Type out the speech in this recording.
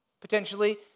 potentially